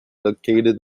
located